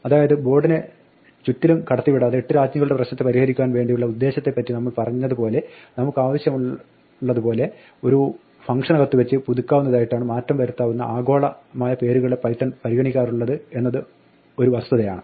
അതായത് ബോർഡിനെ ചുറ്റിലും കടത്തിവിടാതെ എട്ട് രാജ്ഞികളുടെ പ്രശ്നത്തെ പരിഹരിക്കുവാൻ വേണ്ടിയുള്ള ഉദ്ദേശ്യത്തെപ്പറ്റി നമ്മൾ പറഞ്ഞത് പോലെ നമുക്കാവശ്യമുള്ളതുപോലെ ഒരു ഫംഗ്ഷനകത്ത് വെച്ച് പുതുക്കാവുന്നതായിട്ടാണ് മാറ്റം വരുത്താവുന്ന ആഗോളമായ പേരുകളെ പൈത്തൺ പരിഗണിക്കാറുള്ളത് എന്നത് ഒരു വസ്തുതയാണ്